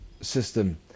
system